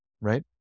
right